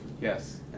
Yes